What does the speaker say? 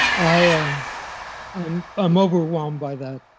i'm um um overwhelmed by that.